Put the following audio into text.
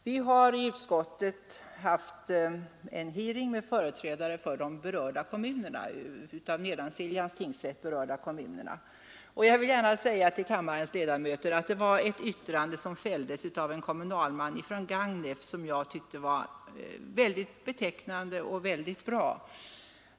Vi har i utskottet haft en hearing med företrädare för de av Nedansiljans tingsrätt berörda kommunerna och jag vill gärna vidarebefordra till kammarens ledamöter ett yttrande som fälldes av en kommunalman från Gagnef. Jag tyckte att det var mycket betecknande och väldigt bra.